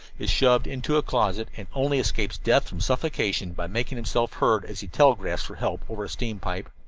is shoved into a closet and only escapes death from suffocation by making himself heard as he telegraphs for help over a steam-pipe.